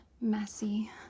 messy